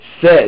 says